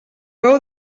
veu